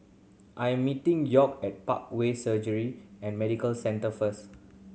I am meeting York at Parkway Surgery and Medical Centre first